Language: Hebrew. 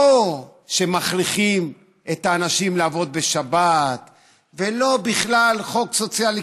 לא שמכריחים את האנשים לעבוד בשבת ולא בכלל חוק סוציאלי.